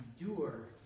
endure